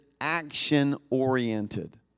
action-oriented